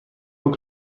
haut